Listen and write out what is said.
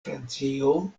francio